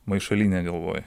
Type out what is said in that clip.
maišalynė galvoj